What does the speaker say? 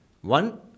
One